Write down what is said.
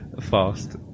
fast